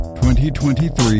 2023